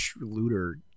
looter